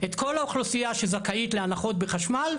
את כל האוכלוסייה שזכאית להנחות בחשמל,